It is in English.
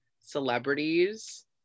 celebrities